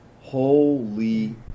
Holy